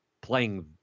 playing